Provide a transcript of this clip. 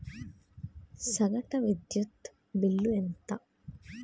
సగటు విద్యుత్ బిల్లు ఎంత?